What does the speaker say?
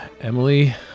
Emily